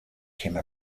came